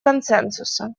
консенсуса